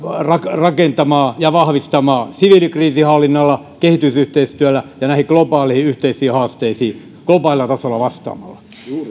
rakentamaan ja vahvistamaan siviilikriisinhallinnalla kehitysyhteistyöllä ja näihin globaaleihin yhteisiin haasteisiin globaalilla tasolla vastaamalla